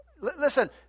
Listen